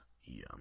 Yum